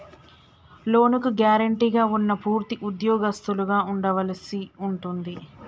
లోనుకి గ్యారెంటీగా ఉన్నా పూర్తి ఉద్యోగస్తులుగా ఉండవలసి ఉంటుంది